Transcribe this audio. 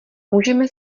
můžeme